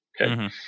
okay